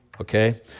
Okay